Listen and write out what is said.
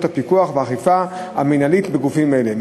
הפיקוח והאכיפה המינהלית בגופים האלה.